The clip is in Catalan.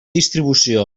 distribució